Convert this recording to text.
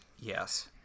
Yes